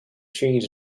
change